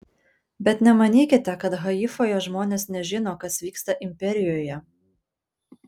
bet nemanykite kad haifoje žmonės nežino kas vyksta imperijoje